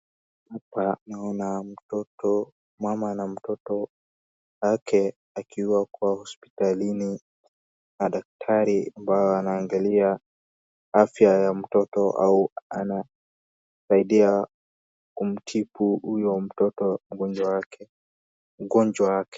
Hapa naona mtoto, mama na mtoto wake wakiwa hospitalini na daktari ambao wanaangalia afya ya mtoto au anasaidia kumtibu huyo mtoto mgonjwa yake, mgonjwa wake.